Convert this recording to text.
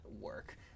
work